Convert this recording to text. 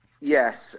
Yes